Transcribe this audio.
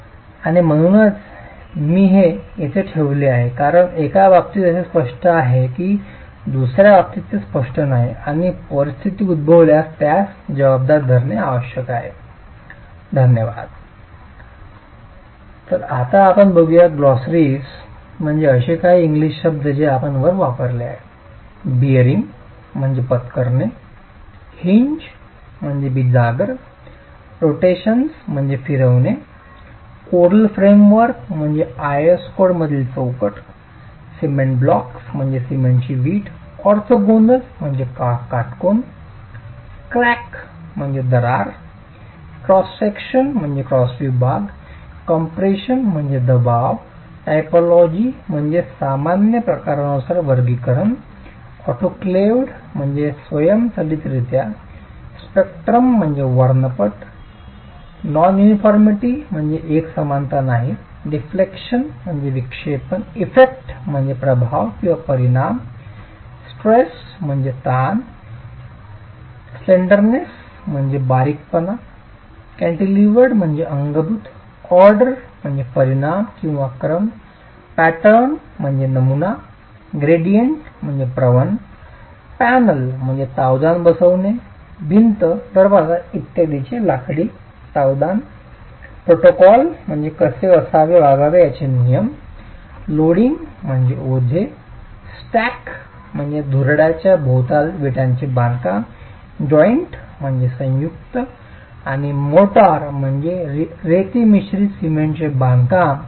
आणि म्हणूनच मी हे येथे ठेवले आहे कारण एका बाबतीत असे स्पष्ट आहे की दुसर्या बाबतीत ते स्पष्ट नाही आणि परिस्थिती उद्भवल्यास त्यास जबाबदार धरणे आवश्यक आहे